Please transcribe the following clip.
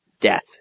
death